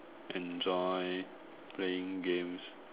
enjoy playing games